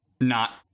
not-